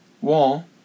wall